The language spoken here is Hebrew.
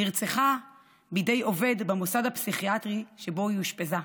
נרצחה בידי עובד במוסד הפסיכיאטרי שבו היא אושפזה.